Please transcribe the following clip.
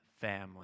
family